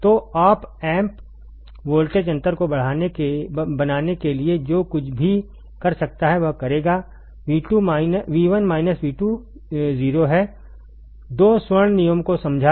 तो op amp voltage अंतर को बनाने के लिए जो कुछ भी कर सकता है वह करेगा V1 V2 0 है दो स्वर्ण नियमों को समझा